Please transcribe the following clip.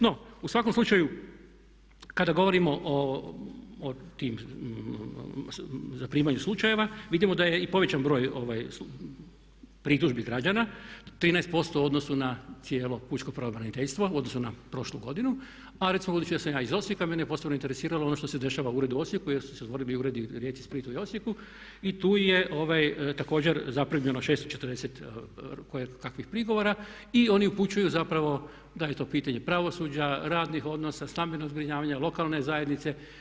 No u svakom slučaju kada govorimo o tim, zaprimanju slučajeva vidimo da je i povećan broj pritužbi građana 13% u odnosu na cijelo pučko pravobraniteljstvo u odnosu na prošlu godinu a recimo budući da sam ja iz Osijeka mene je posebno interesiralo ono što se dešava u uredu u Osijeku jer su se otvorili uredi u Rijeci, Splitu i Osijeku i tu je također zaprimljeno 640 koje kakvih prigovora i oni upućuju zapravo da je to pitanje pravosuđa, radnih odnosa, stambenog zbrinjavanja, lokalne zajednice.